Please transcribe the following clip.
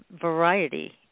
variety